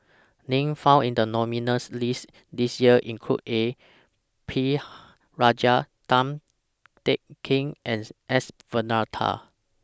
Names found in The nominees' list This Year include A P Rajah Tan Teng Kee and S Varathan